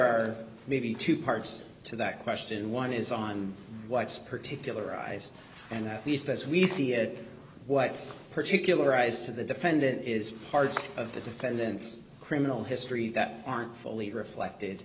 are maybe two parts to that question one is on what's particularized and east as we see it what's particular eyes to the defendant is parts of the defendants criminal history that aren't fully reflected